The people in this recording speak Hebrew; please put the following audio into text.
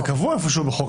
זה קבוע איפשהו בחוק,